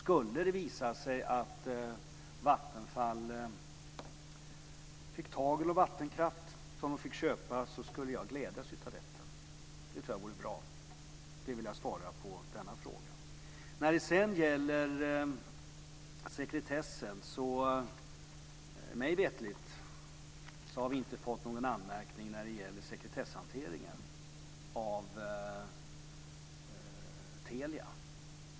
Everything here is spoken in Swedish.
Skulle det visa sig att Vattenfall får tag i någon vattenkraft som man kan köpa så skulle jag glädjas över det. Jag tror att det vore bra. Detta är vad jag vill svara på den frågan. Mig veterligt har vi inte fått någon anmärkning när det gäller sekretesshanteringen av Teliaaffären.